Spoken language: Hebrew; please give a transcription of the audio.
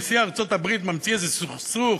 נשיא ארצות-הברית ממציא איזה סכסוך,